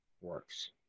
works